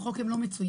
בחוק הם לא מצויים.